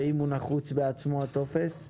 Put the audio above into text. ואם הטופס בעצמו נחוץ.